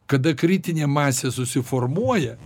kada kritinė masė susiformuoja